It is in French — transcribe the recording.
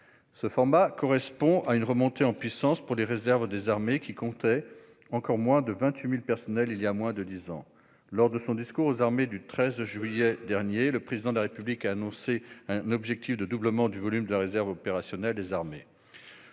Ce format correspond à une remontée en puissance pour les réserves des armées, qui comptaient encore moins de 28 000 personnels voilà près de dix ans. Lors de son discours aux armées le 13 juillet dernier, le Président de la République a annoncé un objectif de doublement du volume de la réserve opérationnelle des armées.